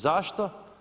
Zašto?